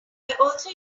also